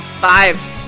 Five